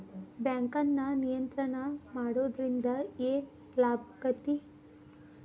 ಬ್ಯಾಂಕನ್ನ ನಿಯಂತ್ರಣ ಮಾಡೊದ್ರಿಂದ್ ಏನ್ ಲಾಭಾಕ್ಕತಿ?